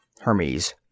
Hermes